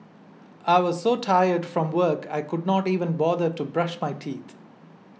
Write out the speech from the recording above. I was so tired from work I could not even bother to brush my teeth